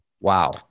Wow